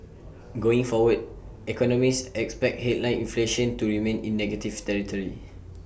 going forward economists expect headline inflation to remain in negative territory